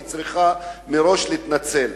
אז היא צריכה מראש להתנצל.